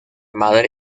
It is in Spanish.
madre